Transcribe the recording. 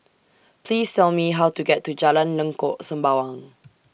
Please Tell Me How to get to Jalan Lengkok Sembawang